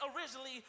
originally